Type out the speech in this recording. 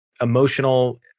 emotional